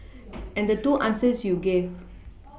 and the two answers you gave